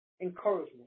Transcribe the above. encouragement